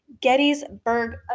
Gettysburg